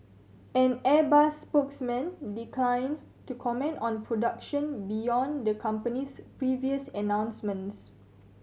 an Airbus spokesman declined to comment on production beyond the company's previous announcements